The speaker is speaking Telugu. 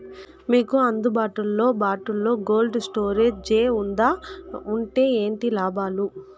మీకు అందుబాటులో బాటులో కోల్డ్ స్టోరేజ్ జే వుందా వుంటే ఏంటి లాభాలు?